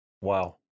Wow